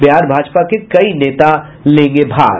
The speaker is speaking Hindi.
बिहार भाजपा के कई नेता लेंगे भाग